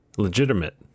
Legitimate